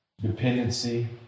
dependency